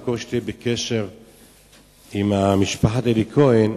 במקום שתהיה בקשר עם משפחת אלי כהן,